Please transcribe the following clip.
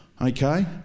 Okay